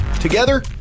together